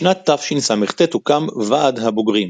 בשנת תשס"ט הוקם "ועד הבוגרים",